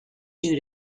due